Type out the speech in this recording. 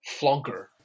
flunker